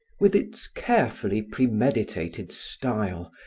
with its carefully premeditated style,